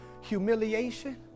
humiliation